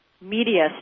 media